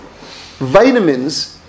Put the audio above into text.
vitamins